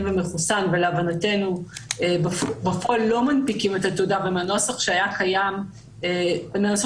ומחוסן ולהבנתנו בפועל לא מנפיקים את התעודה עם הנוסח שהיה קיים כרגע,